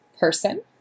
Person